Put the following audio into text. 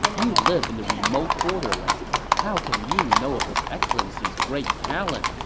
you live in the remote borderlands. how can you know of his excellency's great talent?